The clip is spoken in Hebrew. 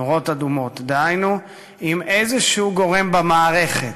דהיינו, אם גורם כלשהו במערכת